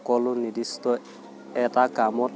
সকলো নিৰ্দিষ্ট এটা কামত